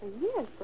Yes